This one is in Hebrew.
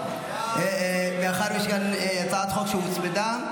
מאחר שיש כאן הצעת חוק שהוצמדה.